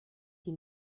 die